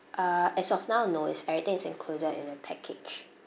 uh as of now no is everything is included in the package